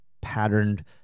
patterned